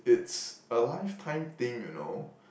it's a lifetime thing you know